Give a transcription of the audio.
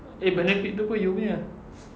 eh benefit itu pun you punya